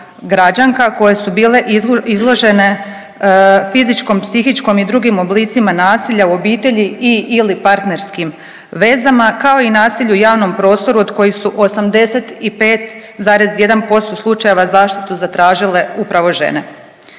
građanka koje su bile izložene fizičkom, psihičkom i drugim oblicima nasilja u obitelji i/ili partnerskim vezama, kao i nasilju u javnom prostoru od kojih su 85,1% slučajeva zaštitu zatražile upravo žene.